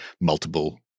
multiple